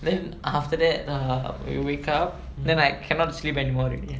then after that err when you wake up then I cannot sleep anymore already